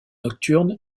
nocturne